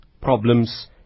problems